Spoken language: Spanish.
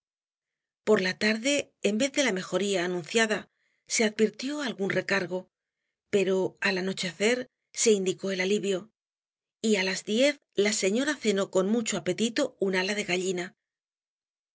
por la tarde en vez de la mejoría anunciada se advirtió algún recargo pero al anochecer se indicó el alivio y á las diez la señora cenó con mucho apetito un ala de gallina